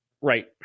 Right